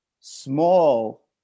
small